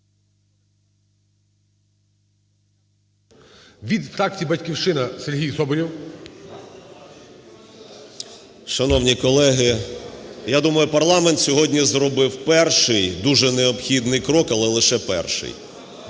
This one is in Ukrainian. Від фракції "Батьківщина" Сергій Соболєв. 17:57:19 СОБОЛЄВ С.В. Шановні колеги, я думаю, парламент сьогодні зробив перший, дуже необхідний крок, але лише перший.